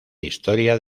historia